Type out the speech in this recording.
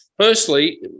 Firstly